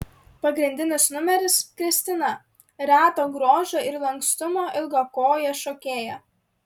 pagrindinis numeris kristina reto grožio ir lankstumo ilgakojė šokėja